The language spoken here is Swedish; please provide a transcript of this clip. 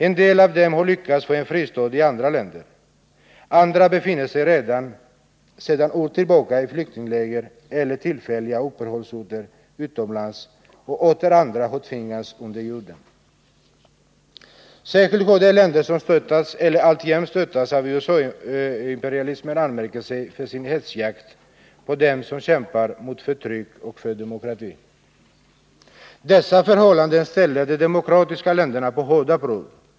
En del av dem har lyckats få en fristad i andra länder, andra befinner sig sedan år tillbaka i flyktingläger eller på tillfälliga uppehållsorter utomlands, och åter andra har tvingats under jorden. Särskilt har de länder som stöttats eller alltjämt stöttas av USA-imperialismen utmärkt sig i sin hetsjakt på dem som kämpar mot förtryck och för demokrati. Dessa förhållanden ställer de demokratiska länderna på hårda prov.